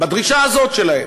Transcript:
בדרישה הזאת שלהם.